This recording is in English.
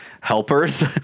helpers